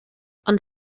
ond